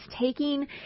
taking